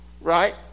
right